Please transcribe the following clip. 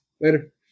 Later